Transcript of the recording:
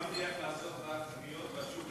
אני מציע לעשות קניות רק בשוק.